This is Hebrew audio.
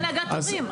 מי זה הנהגת הורים?